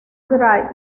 drive